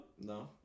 No